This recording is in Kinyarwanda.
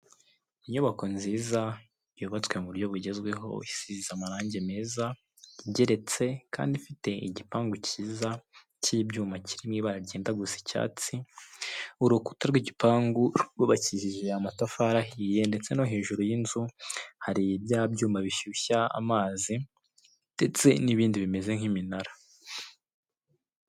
Inyubako nziza yubatswe mu buryo bugezweho, isize amarange meza igeretse kandi ifite igipangu kiza k'ibyuma kiri mu ibara ryenda gusa icyatsi. Urukuta rw'igipangu rwubakishije amatafari ahiye ndetse no hejuru y'inzu hari bya byuma bishyushya amazi ndetse n'ibindi bimeze nk'iminara.